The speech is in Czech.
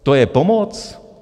To je pomoc?